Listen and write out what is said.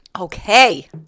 Okay